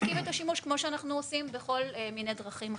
מפסיקים את השימוש כמו שאנחנו עושים בכל מיני דרכים אחרות.